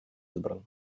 избран